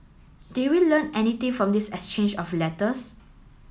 did we learn anything from this exchange of letters